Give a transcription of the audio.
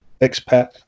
expat